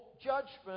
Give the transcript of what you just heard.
judgment